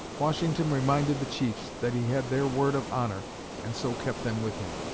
washington reminded the chiefs that he had their word of honor and so kept them with him.